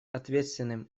ответственным